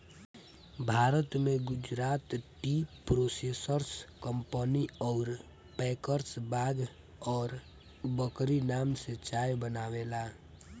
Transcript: भारत में Gujarat tea processors company अउर packers बाघ और बकरी नाम से चाय बनावेला